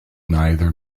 neither